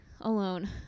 alone